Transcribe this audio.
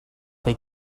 they